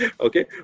Okay